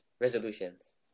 Resolutions